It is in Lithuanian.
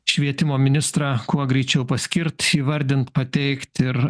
švietimo ministrą kuo greičiau paskirt įvardint pateikt ir